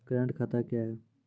Current खाता क्या हैं?